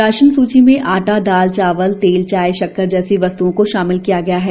ration सूची में आटा दाल चावल तेल चाय शक्कर जैसी वस्त्ओं को शामिल किया गया है